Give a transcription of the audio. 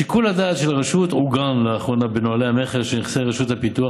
שיקול הדעת של הרשות עוגן לאחרונה בנוהלי המכר של נכסי רשות הפיתוח,